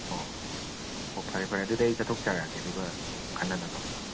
ꯑꯣ ꯑꯣ ꯑꯣ ꯐꯔꯦ ꯐꯔꯦ ꯑꯗꯨꯗꯤ ꯑꯩ ꯆꯠꯊꯣꯛꯆꯔꯛꯑꯒꯦ ꯑꯗꯨꯒ ꯎꯝ ꯈꯟꯅꯅꯕ ꯀꯣ